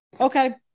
okay